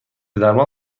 درمان